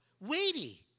weighty